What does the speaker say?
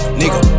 nigga